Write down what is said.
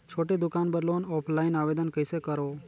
छोटे दुकान बर लोन ऑफलाइन आवेदन कइसे करो?